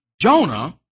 Jonah